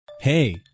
Hey